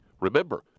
Remember